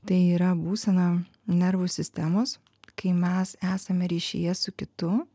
tai yra būsena nervų sistemos kai mes esame ryšyje su kitu